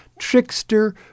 trickster